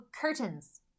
curtains